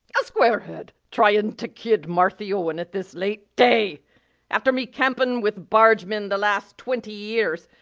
a square-head tryin' to kid marthy owen at this late day after me campin' with barge men the last twenty years.